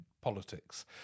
Politics